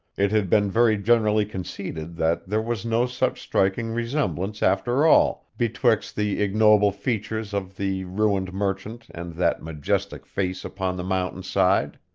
it had been very generally conceded that there was no such striking resemblance, after all, betwixt the ignoble features of the ruined merchant and that majestic face upon the mountainside.